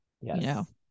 Yes